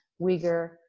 Uyghur